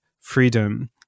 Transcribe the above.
freedom